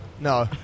No